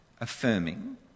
affirming